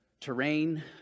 terrain